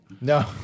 No